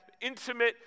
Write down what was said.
intimate